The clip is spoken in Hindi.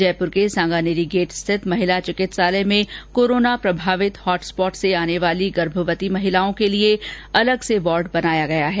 जयपूर के सांगानेरी गेट स्थित महिला चिकित्सालय में कोरोना प्रभावित हॉटस्पॉट से आने वाली गर्भवती महिलाओं के लिए अलग से वार्ड बनाया गया है